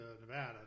Nevada